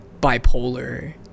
bipolar